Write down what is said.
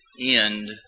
end